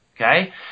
Okay